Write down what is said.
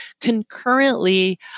Concurrently